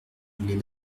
voulait